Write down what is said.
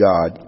God